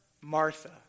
Martha